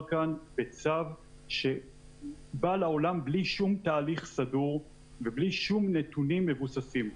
כאן בצו שבא לעולם בלי שום תהליך סדור ובלי שום נתונים מבוססים.